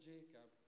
Jacob